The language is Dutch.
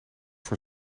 voor